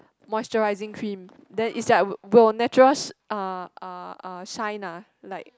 moisturising cream then it's like will natural uh uh uh shine ah like